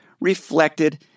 reflected